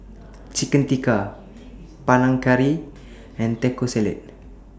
Chicken Tikka Panang Curry and Taco Salad